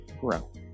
grow